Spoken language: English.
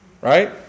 right